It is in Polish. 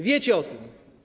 Wiecie o tym.